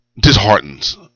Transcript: disheartens